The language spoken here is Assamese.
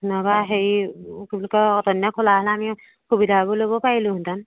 নহবা হেৰি কি বুলি কয় অতদিনে খোলা হ'লে আমি সুবিধাবোৰ ল'ব পাৰিলোঁহেতেন